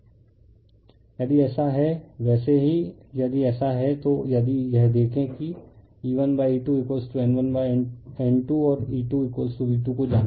refer slide time 2759 यदि ऐसा है वैसे ही यदि ऐसा है तो यदि यह देखें कि E1E2 N1N2 और E2V2 को जानें